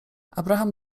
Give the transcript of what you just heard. abraham